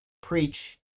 preach